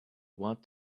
want